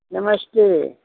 नमस्ते